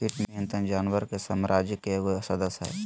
कीट नियंत्रण जानवर के साम्राज्य के एगो सदस्य हइ